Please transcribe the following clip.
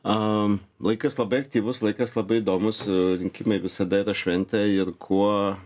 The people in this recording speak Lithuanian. a laikas labai aktyvus laikas labai įdomus rinkimai visada yra šventė ir kuo